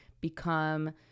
become